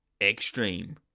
extreme